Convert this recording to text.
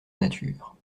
nature